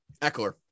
Eckler